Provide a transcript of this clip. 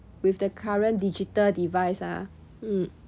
with the current digital device ah mm